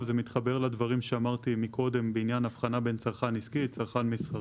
וזה מתחבר לדברים שאמרתי קודם בעניין אבחנה בין צרכן עסקי לצרכן מסחרי.